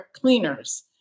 cleaners